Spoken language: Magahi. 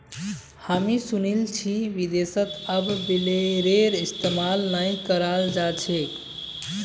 हामी सुनील छि विदेशत अब बेलरेर इस्तमाल नइ कराल जा छेक